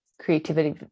creativity